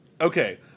Okay